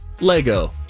Lego